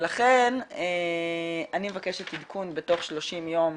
ולכן אני מבקשת עדכון בתוך 30 יום